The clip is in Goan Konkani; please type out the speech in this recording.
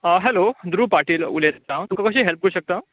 हॅलो ध्रुव पाटील उलयतां तुका कशी हॅल्प करूंक शकता